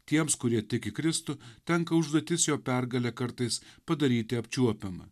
tiems kurie tiki kristų tenka užduotis jo pergalę kartais padaryti apčiuopiamą